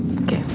okay